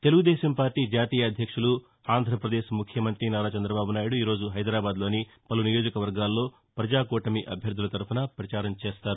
Telugu Desam party జాతీయ అధ్యక్షులు ఆంర్రపదేశ్ ముఖ్యమంతి నారా చంద్రబాబు నాయుడు ఈ రోజు హైదరాబాద్లోని పలు నియోజకవర్గాల్లో ప్రజాకూటమి అభ్యర్థుల తరఫున పచారం చేస్తారు